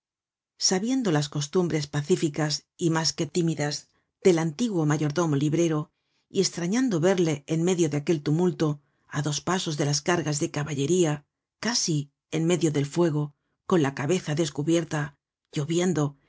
sabiendo las costumbres pacíficas y mas que tímidas del antiguo ma yordomo librero y estrañando verle en medio de aquel tumulto á dos pasos de las cargas de caballería casi en medio del fuego con la cabeza descubierta lloviendo